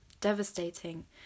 devastating